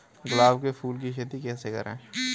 गुलाब के फूल की खेती कैसे करें?